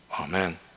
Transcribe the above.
Amen